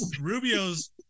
rubio's